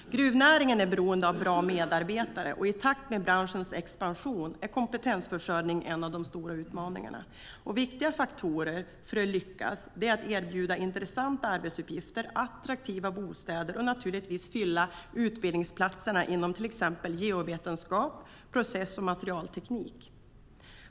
Gruvnäringen är beroende av bra medarbetare, och i takt med branschens expansion är kompetensförsörjning en av de stora utmaningarna. Viktiga faktorer för att lyckas är att erbjuda intressanta arbetsuppgifter, attraktiva bostäder och naturligtvis fylla utbildningsplatserna inom till exempel geovetenskap och process och materialteknik.